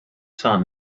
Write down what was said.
son